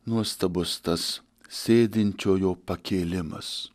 nuostabus tas sėdinčiojo pakėlimas